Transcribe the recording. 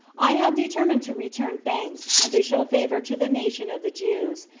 i have determined to return thanks, and to show favor to the nation of the jews,